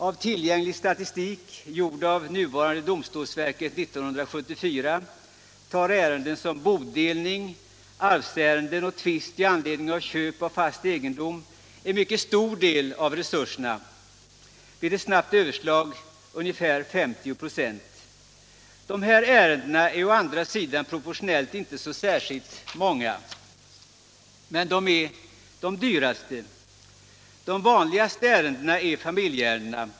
Av tillgänglig statistik, gjord av nuvarande domstolsverket 1974, tar ärenden som bodelning, arvskifte och tvist i anledning av köp av fast egendom en mycket stor del av resurserna — vid ett snabbt överslag ungefär 50 26. De här ärendena är proportionellt sett inte särskilt många, men de är de dyraste. De vanligaste ärendena är familjeärendena.